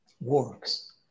works